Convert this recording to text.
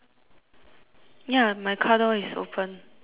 ya my car door is open